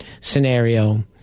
scenario